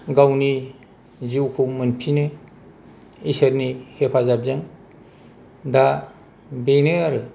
गावनि जिउखौ मोनफिनो इसोरनि हेफाजाबजों दा बेनो आरो